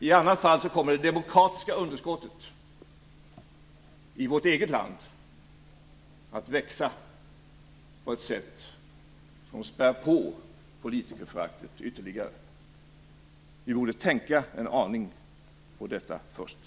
I annat fall kommer det demokratiska underskottet i vårt eget land att växa på ett sätt som späder på politikerföraktet ytterligare. Vi borde tänka en aning på detta först.